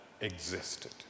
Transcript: existed